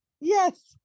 yes